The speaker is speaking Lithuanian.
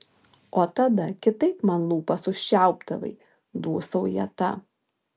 o tada kitaip man lūpas užčiaupdavai dūsauja ta